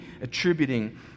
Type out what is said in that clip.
attributing